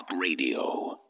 radio